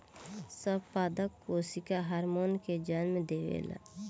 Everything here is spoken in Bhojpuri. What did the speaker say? सब पादप कोशिका हार्मोन के जन्म देवेला